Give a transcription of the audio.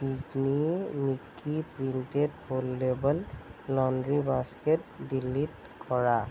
Disney Mickey printed foldable laundry basket delete কৰা